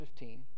15